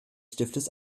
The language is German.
stiftes